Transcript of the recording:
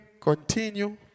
Continue